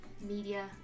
media